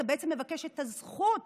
אתה בעצם מבקש את הזכות